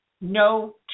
No